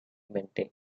maintained